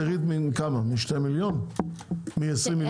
עשירית משני מיליון, מ-20 מיליון?